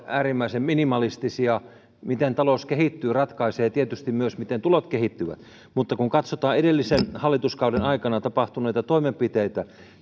äärimmäisen minimalistisia se miten talous kehittyy ratkaisee tietysti myös sen miten tulot kehittyvät mutta kun katsotaan edellisen hallituskauden aikana tapahtuneita toimenpiteitä